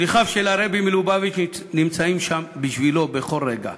שליחיו של הרבי מלובביץ' נמצאים שם בשבילו בכל רגע,